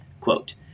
Quote